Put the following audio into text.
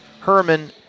Herman